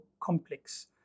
complex